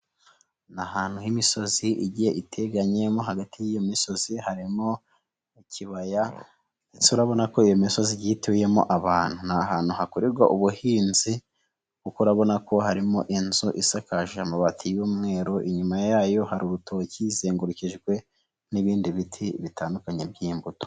Ni ahantu h'imisozi iteganyemo hagati y'iyo misozi harimo ikibaya ndetse urabona ko iyo misozi ituyemo abantu ni ahantu hakorerwa ubuhinzi kuko urabona ko harimo inzu isakaje amabati y'umweru, inyuma yayo hari urutoki ruzengurukijwe n'ibindi biti bitandukanye by'imbuto.